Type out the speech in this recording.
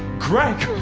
greg!